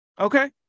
Okay